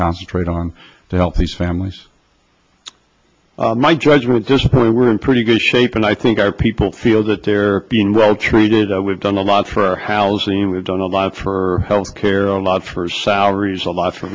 concentrate on to help these families my judgment just point we're in pretty good shape and i think our people feel that they're being well treated we've done a lot for housing we've done a lot for health care a lot for salaries a lot for